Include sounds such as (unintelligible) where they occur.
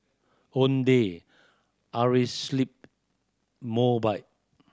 Ownday (unintelligible) Mobike